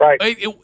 Right